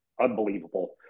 unbelievable